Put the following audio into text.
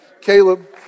Caleb